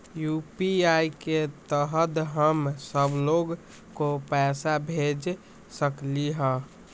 UPI के तहद हम सब लोग को पैसा भेज सकली ह?